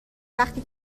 وقتی